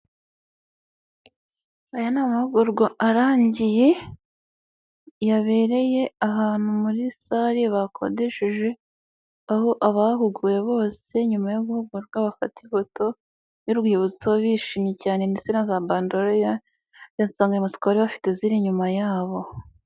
Aya ni amahugurwa arangiye yabereye ahantu muri sale bakodesheje, aho abahuguwe bose nyuma yo guhugurwa bafata ifoto y'urwibutso bishimye cyane ndetse na za bandore za ya nsanganyamatsiko bari bafite ziri inyuma yabo.